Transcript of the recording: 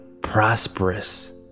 prosperous